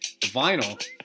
vinyl